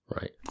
Right